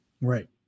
Right